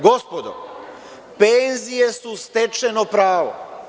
Gospodo, penzije su stečeno pravo.